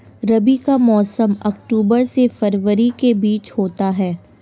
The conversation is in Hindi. रबी का मौसम अक्टूबर से फरवरी के बीच होता है